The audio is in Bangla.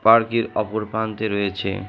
পার্কের অপর প্রান্তে রয়েছে